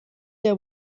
der